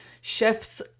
chefs